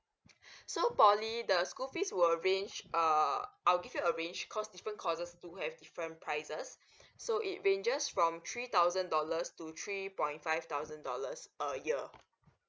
so poly the school fees will range err I'll give you a range because different courses do have different prices so it ranges from three thousand dollars to three point five thousand dollars a year